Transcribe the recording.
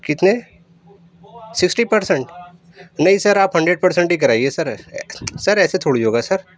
کتنے sixty percent نہیں sir آپ ہنڈریڈ پرسنٹ ہی کرائیے سر سر ایسے تھوڑی ہو گا سر